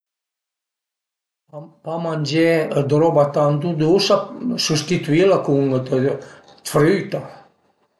Pa mangé 'd roba tantu dusa, sustituila cun früta